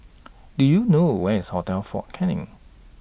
Do YOU know Where IS Hotel Fort Canning